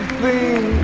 the